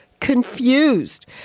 confused